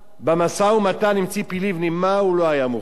עם ציפי לבני, במשא-ומתן, מה הוא לא היה מוכן לתת?